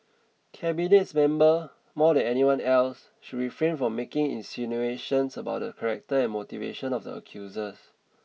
cabinets member more than anyone else should refrain from making insinuations about the character and motivations of the accusers